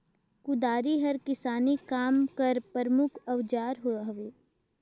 कुदारी हर किसानी काम कर परमुख अउजार हवे